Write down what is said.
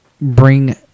bring